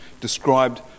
described